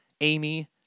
Amy